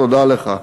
תודה לך.